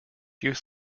youth